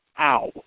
Ow